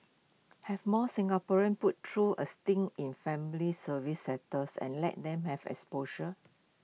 have more Singaporeans put through A stint in family service sectors and let them have exposure